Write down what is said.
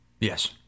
Yes